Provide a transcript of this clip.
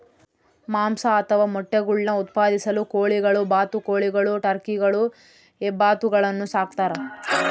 ಮಾಂಸ ಅಥವಾ ಮೊಟ್ಟೆಗುಳ್ನ ಉತ್ಪಾದಿಸಲು ಕೋಳಿಗಳು ಬಾತುಕೋಳಿಗಳು ಟರ್ಕಿಗಳು ಹೆಬ್ಬಾತುಗಳನ್ನು ಸಾಕ್ತಾರ